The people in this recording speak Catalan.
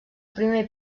primer